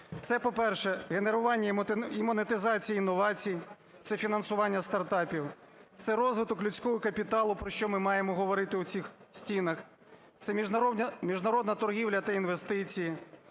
Це, по-перше, генерування і монетизація інновацій, це фінансування стартапів. Це розвиток людського капіталу, про що ми маємо говорити у цих стінах. Це міжнародна торгівля та інвестиції.